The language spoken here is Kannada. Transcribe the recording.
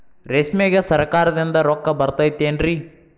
ರೇಷ್ಮೆಗೆ ಸರಕಾರದಿಂದ ರೊಕ್ಕ ಬರತೈತೇನ್ರಿ?